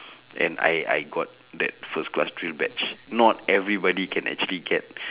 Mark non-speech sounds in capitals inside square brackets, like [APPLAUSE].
[BREATH] and I I got that first class drill badge not everybody can actually get [BREATH]